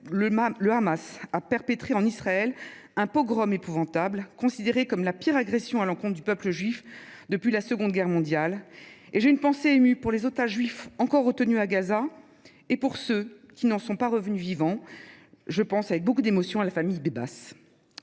le Hamas, a perpétré en Israël un pogrom épouvantable, considéré comme la pire agression à l’encontre du peuple juif depuis la Seconde Guerre mondiale. J’ai une pensée émue pour les otages juifs encore retenus à Gaza et pour ceux qui n’en sont pas revenus vivants. C’est avec beaucoup d’émotion que je rends